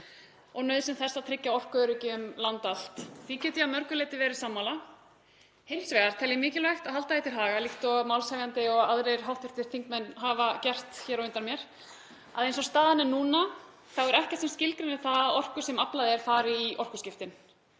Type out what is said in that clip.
og nauðsyn þess að tryggja orkuöryggi um land allt. Því get ég að mörgu leyti verið sammála. Hins vegar tel ég mikilvægt að halda því til haga, líkt og málshefjandi og aðrir hv. þingmenn hafa gert hér á undan mér, að eins og staðan er núna er ekkert sem skilgreinir það að orka sem aflað er fari í orkuskiptin.